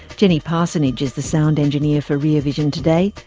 jenny parsonage is the sound engineer for rear vision today.